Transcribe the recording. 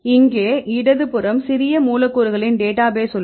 இங்கே இடது புறம் சிறிய மூலக்கூறுகளின் டேட்டாபேஸ் உள்ளது